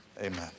Amen